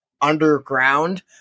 underground